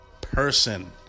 person